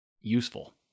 useful